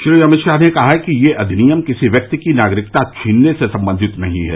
श्री अमित शाह ने कहा कि यह अधिनियम किसी व्यक्ति की नागरिकता छीनने से संबंधित नहीं है